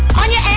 on your